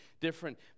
different